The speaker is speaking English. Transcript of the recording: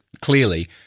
clearly